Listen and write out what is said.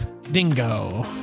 Dingo